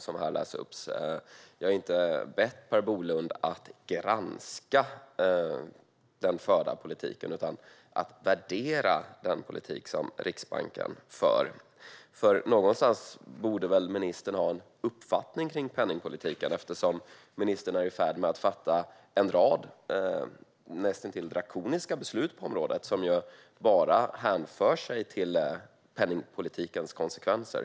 Jag har inte bett Per Bolund att granska den förda politiken utan att värdera den politik som Riksbanken för. Någonstans borde väl ministern ha en uppfattning om penningpolitiken, eftersom ministern är i färd med att fatta en rad näst intill drakoniska beslut på området. Dessa hänför sig bara till penningpolitikens konsekvenser.